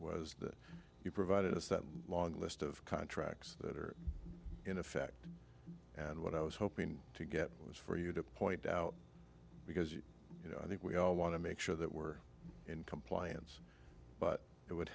that you provided us that long list of contracts that are in effect and what i was hoping to get was for you to point out because you know i think we all want to make sure that we're in compliance but it would